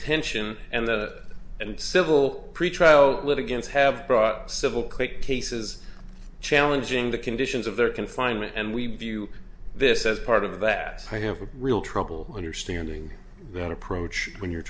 detention and that and civil trial litigants have brought civil quick cases challenging the conditions of their confinement and we view this as part of that i have a real trouble understanding that approach when you're